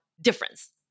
difference